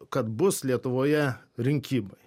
kad bus lietuvoje rinkimai